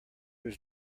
was